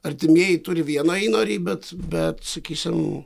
artimieji turi vieną įnorį bet bet sakysim